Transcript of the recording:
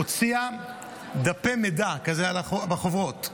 הוציאה דפי מידע בחוברות.